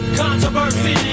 controversy